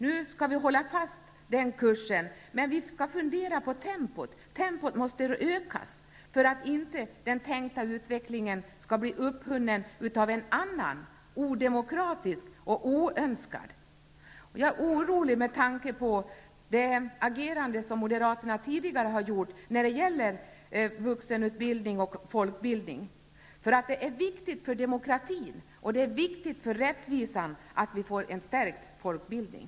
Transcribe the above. Nu skall vi hålla fast vid den kursen, men vi skall fundera över tempot. Tempot måste ökas för att den tänkta utvecklingen inte skall bli upphunnen av en annan, odemokratisk och oönskad. Jag är orolig med tanke på moderaternas tidigare agerande när det gäller vuxenutbildning och folkbildning. Det är viktigt för demokratin och för rättvisan att vi får en stärkt folkbildning.